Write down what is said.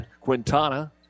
Quintana